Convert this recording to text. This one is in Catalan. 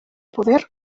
poder